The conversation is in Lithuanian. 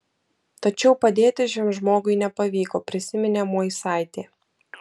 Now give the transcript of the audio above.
tačiau padėti šiam žmogui nepavyko prisiminė moisaitė